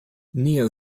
neo